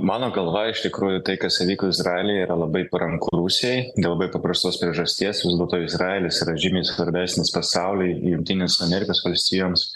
mano galva iš tikrųjų tai kas įvyko izraelyje yra labai paranku rusijai dėl labai paprastos priežasties vis dėlto izraelis yra žymiai svarbesnis pasauliui jungtinės amerikos valstijoms